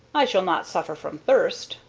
i shall not suffer from thirst.